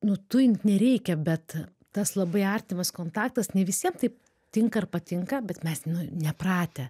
nu tujint nereikia bet tas labai artimas kontaktas ne visiem taip tinka ir patinka bet mes nepratę